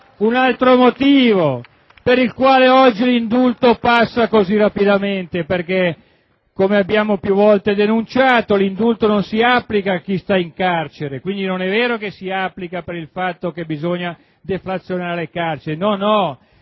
un altro motivo per il quale l'indulto passa così rapidamente perché, come abbiamo più volte denunciato, l'indulto non si applica a chi sta in carcere, quindi non è vero che si applica per deflazionare le carceri.